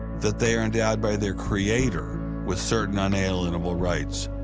that they are endowed by their creator with certain unalienable rights,